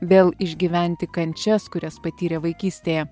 vėl išgyventi kančias kurias patyrė vaikystėje